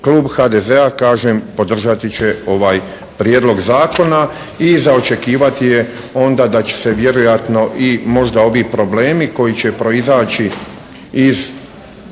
Klub HDZ-a kažem podržati će ovaj Prijedlog zakona i za očekivati je onda da će se vjerojatno i možda ovi problemi koji će proizaći iz